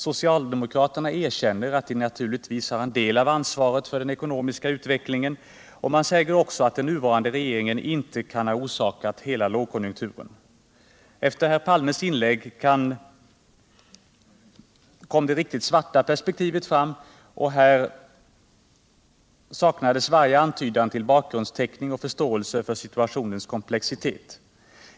Socialdemokraterna erkänner att de naturligtvis har en del av ansvaret för den ekonomiska utvecklingen, och man säger också att den nuvarande regeringen inte kan ha orsakat hela lågkonjunkturen. Efter herr Palmes inlägg kom det riktigt svarta perspektivet fram, och här saknades varje antydan till bakgrundsteck ning och förståelse för situationens komplexitet.